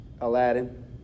Aladdin